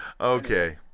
okay